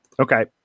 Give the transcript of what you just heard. Okay